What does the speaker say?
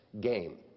game